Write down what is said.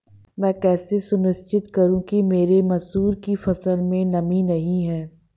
मैं कैसे सुनिश्चित करूँ कि मेरी मसूर की फसल में नमी नहीं है?